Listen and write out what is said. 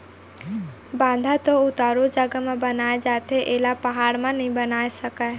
बांधा तो उतारू जघा म बनाए जाथे एला पहाड़ म नइ बना सकय